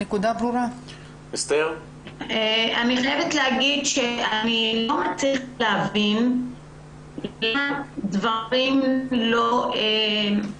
אני חייבת להגיד שאני לא מצליחה להבין למה דברים לא זזים.